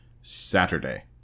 saturday